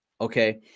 okay